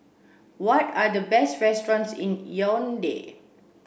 what are the best restaurants in Yaounde